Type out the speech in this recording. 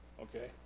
okay